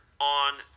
on